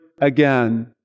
again